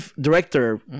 director